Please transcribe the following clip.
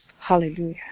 Hallelujah